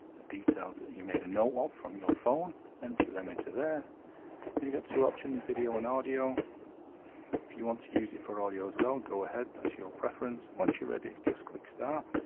details that you made a note of from your phone enter them into there and you've got two options video and audio if you want to use it for audio as well go ahead that's your preference once you're ready just click start